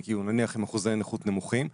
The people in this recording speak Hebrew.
נניח עם אחוזי נכות נמוכים,